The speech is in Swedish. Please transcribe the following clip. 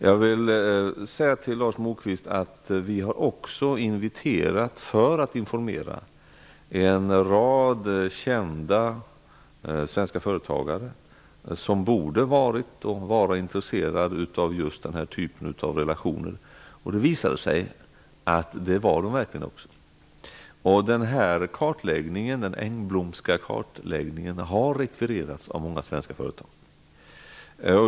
Jag vill också säga till Lars Moquist att vi har inviterat en rad kända svenska företagare, som borde vara intresserade av just den här typen av relationer, till information. Det visade sig att de verkligen var intresserade. Den engblomska kartläggningen har rekvirerats av många svenska företag.